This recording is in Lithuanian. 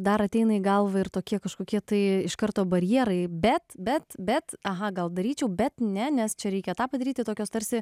dar ateina į galvą ir tokie kažkokie tai iš karto barjerai bet bet bet aha gal daryčiau bet ne nes čia reikia tą padaryti tokios tarsi